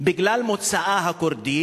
בגלל מוצאה הכורדי,